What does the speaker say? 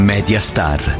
Mediastar